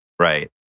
Right